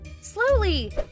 Slowly